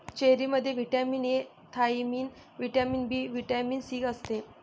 चेरीमध्ये vitamin A, thiamine, vitamin B, vitamin C असते